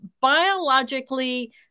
biologically